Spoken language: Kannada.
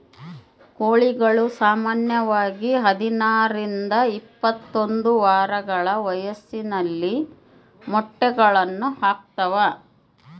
ಕೋಳಿಗಳು ಸಾಮಾನ್ಯವಾಗಿ ಹದಿನಾರರಿಂದ ಇಪ್ಪತ್ತೊಂದು ವಾರಗಳ ವಯಸ್ಸಿನಲ್ಲಿ ಮೊಟ್ಟೆಗಳನ್ನು ಹಾಕ್ತಾವ